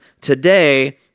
today